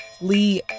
Lee